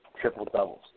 triple-doubles